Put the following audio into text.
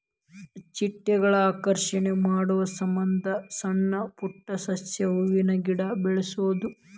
ಚಿಟ್ಟೆಗಳನ್ನ ಆಕರ್ಷಣೆ ಮಾಡುಸಮಂದ ಸಣ್ಣ ಪುಟ್ಟ ಸಸ್ಯ, ಹೂವಿನ ಗಿಡಾ ಬೆಳಸುದು